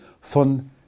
von